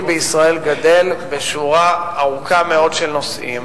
בישראל גדל בשורה ארוכה מאוד של נושאים,